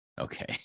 Okay